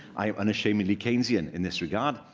i am unashamedly keynesian in this regard.